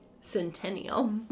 Centennial